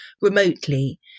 remotely